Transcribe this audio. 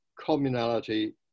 communality